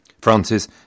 Francis